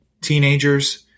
teenagers